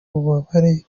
ububabare